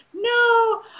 no